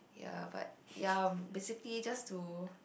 ya but ya basically just to